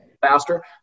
faster